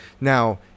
Now